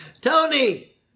Tony